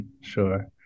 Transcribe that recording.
Sure